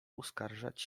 uskarżać